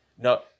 no